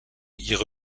ihre